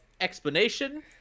explanation